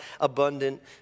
abundant